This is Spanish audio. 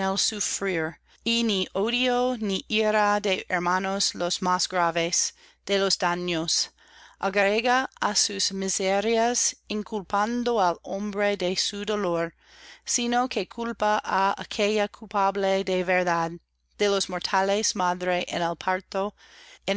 ni ira de hermanos los más graves de los daños agrega á sus miserias inculpando al hombre i de su dolor sino que culpa á aquella í culpable de verdad de los mortales madre en el parto